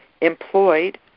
employed